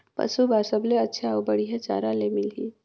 पशु बार सबले अच्छा अउ बढ़िया चारा ले मिलही?